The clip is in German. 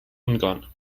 ungarn